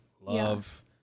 love